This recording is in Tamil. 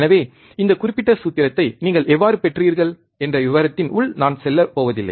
எனவே இந்தக் குறிப்பிட்ட சூத்திரத்தை நீங்கள் எவ்வாறு பெற்றீர்கள் என்ற விவரத்தின் உள் நான் செல்லப்போவதில்லை